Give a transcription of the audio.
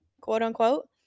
quote-unquote